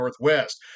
Northwest